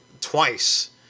Twice